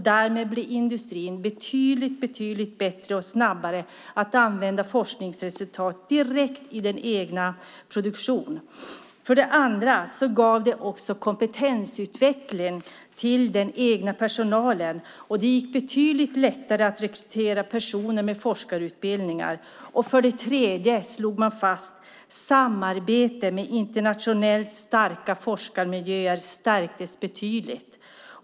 Därmed blev industrin betydligt bättre och snabbare på att använda forskningsresultat direkt i den egna produktionen. För det andra gav det kompetensutveckling till den egna personalen. Och det gick betydligt lättare att rekrytera personer med forskarutbildningar. För det tredje slog man fast att samarbetet med internationellt starka forskarmiljöer stärktes betydligt.